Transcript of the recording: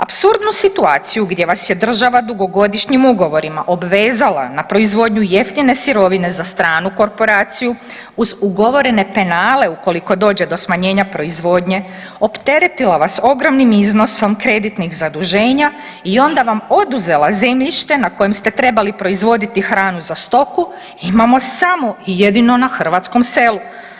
Apsurdnu situaciju gdje vas je država dugogodišnjim ugovorima obvezala na proizvodnju jeftine sirovine za stranu korporaciju uz ugovorene penale ukoliko dođe do smanjenja proizvodnje, opteretila vas ogromnim iznosom kreditnih zaduženja i onda vam oduzela zemljište na kojem ste trebali proizvoditi hranu za stoku, imamo samo i jedino na hrvatskom selu.